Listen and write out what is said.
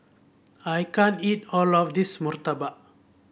I can't eat all of this murtabak